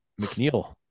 McNeil